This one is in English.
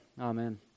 Amen